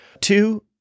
Two